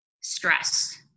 stress